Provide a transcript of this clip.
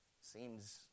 seems